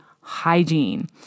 hygiene